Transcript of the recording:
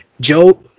Joe